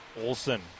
Olson